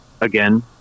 again